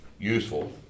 Useful